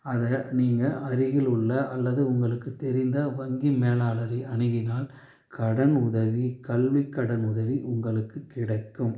அதை நீங்க அருகில் உள்ள அல்லது உங்களுக்கு தெரிந்த வங்கி மேலாளரை அணுகினால் கடன் உதவி கல்விக்கடன் உதவி உங்களுக்கு கிடைக்கும்